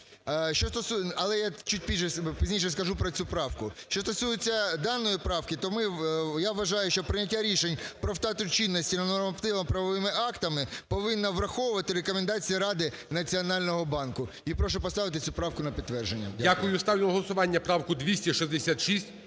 Але я чуть пізніше скажу про цю правку. Що стосується даної правки, то я вважаю, що прийняття рішень про втрату чинності нормативно-правовими актами повинна враховувати рекомендації Ради Національного Банку. І прошу поставити цю правку на підтвердження. ГОЛОВУЮЧИЙ. Дякую. Ставлю на голосування правку 266.